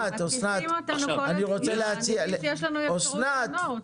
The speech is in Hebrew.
יש לנו אפשרות לענות.